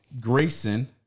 Grayson